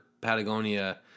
Patagonia